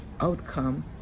outcome